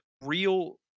real